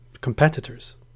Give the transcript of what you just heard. competitors